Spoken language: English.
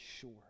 sure